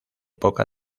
poca